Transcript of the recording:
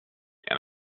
and